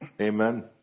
Amen